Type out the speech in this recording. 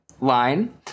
line